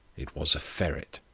it was a ferret.